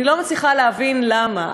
אני לא מצליחה להבין למה.